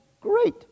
great